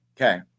okay